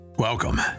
Welcome